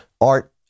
art